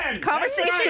Conversation